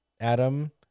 Adam